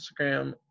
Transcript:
Instagram